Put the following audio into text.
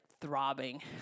throbbing